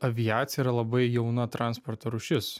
aviacija yra labai jauna transporto rūšis